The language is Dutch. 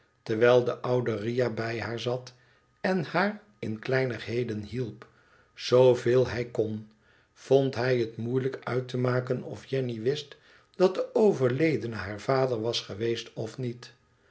terwijl de oude riahbij haar zat en haar in kleinigheden hielp zooveel hij kon vond hij het moeilijk uit te maken of jenny wist dat de overledene haar vader was geweest of niet